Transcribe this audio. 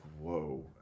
whoa